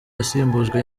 yasimbujwe